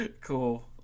cool